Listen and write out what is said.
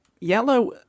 yellow